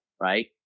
Right